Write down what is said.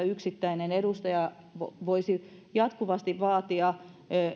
yksittäinen edustaja voi jatkuvasti vaatia